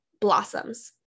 blossoms